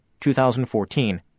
2014